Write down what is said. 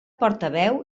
portaveu